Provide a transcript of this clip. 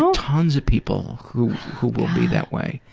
um tons of people who who would be that way.